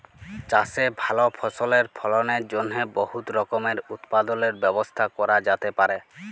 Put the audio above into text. চাষে ভাল ফসলের ফলনের জ্যনহে বহুত রকমের উৎপাদলের ব্যবস্থা ক্যরা যাতে পারে